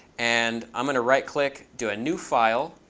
and i'm going to right click, do a new file.